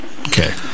Okay